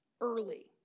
early